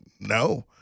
No